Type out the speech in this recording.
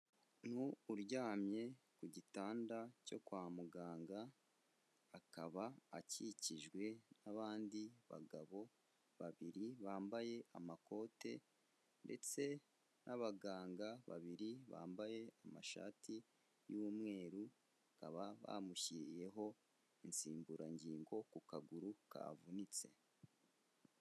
Umuntu uryamye ku gitanda cyo kwa muganga ,akaba akikijwe n'abandi bagabo babiri bambaye amakote ndetse n'abandi baganga babiri bambaye amashati y'umweru ,bakaba bamushyiriyeho insimburangingo ku kaguru kavunitse.